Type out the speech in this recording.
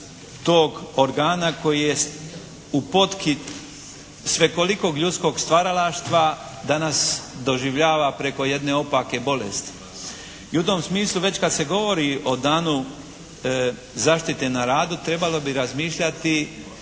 tog organa koji je u potki svekolikog ljudskog stvaralaštva danas doživljava preko jedne opake bolesti. I u tom smislu već kad se govori o danu zaštite na radu trebalo bi razmišljati